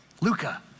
Luca